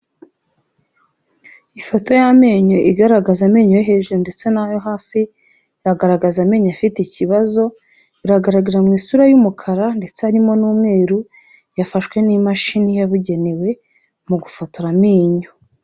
Ifoto y'amenyo igaragaza amenyo yo hejuru ndetse n'ayo hasi, iragaragaza amenyo afite ikibazo, biragaragara mu isura y'umukara ndetse harimo n'umweru, yafashwe n'imashini yabugenewe mu gufotora amenyo.